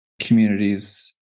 communities